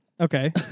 Okay